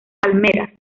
palmeras